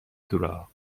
دورا